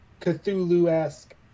Cthulhu-esque